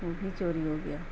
وہ بھی چوری ہو گیا